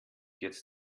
jetzt